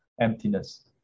emptiness